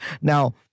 Now